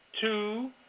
two